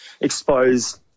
exposed